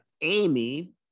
Amy